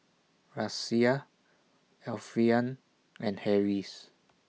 Raisya Alfian and Harris